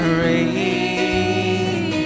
rain